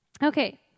Okay